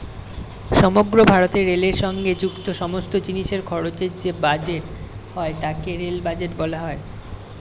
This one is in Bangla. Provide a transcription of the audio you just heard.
সমগ্র ভারতে রেলের সঙ্গে যুক্ত সমস্ত জিনিসের খরচের যে বাজেট হয় তাকে রেল বাজেট বলা হয়